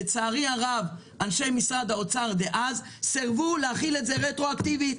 לצערי הרב אנשי משרד האוצר דאז סירבו להחיל את זה רטרואקטיבית.